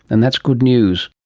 and that's good news